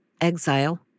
exile